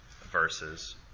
verses